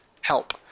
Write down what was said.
help